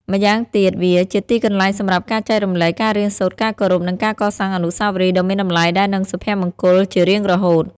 ម៉្យាងទៀតវា ជាទីកន្លែងសម្រាប់ការចែករំលែក ការរៀនសូត្រ ការគោរព និងការកសាងអនុស្សាវរីយ៍ដ៏មានតម្លៃ ដែលនឹងសុភមង្គលជារៀងរហូត។